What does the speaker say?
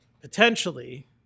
potentially